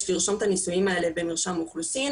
לרשום את הנישואים האלה במרשם האוכלוסין,